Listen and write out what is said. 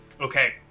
Okay